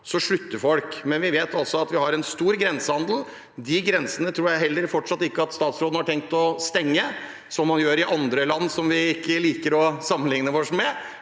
så slutter folk. Men vi vet at vi har en stor grensehandel. De grensene tror jeg heller ikke at statsråden har tenkt å stenge, som man gjør i land vi ikke liker å sammenligne oss med.